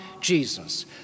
Jesus